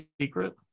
secret